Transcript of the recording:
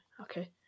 okay